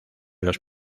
los